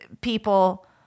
people